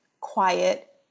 quiet